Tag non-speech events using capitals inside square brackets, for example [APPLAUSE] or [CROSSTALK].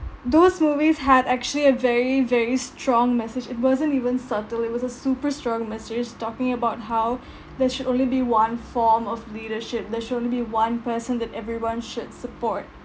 those movies had actually a very very strong message it wasn't even subtle it was a super strong message talking about how [BREATH] there should only be one form of leadership there should only be one person that everyone should support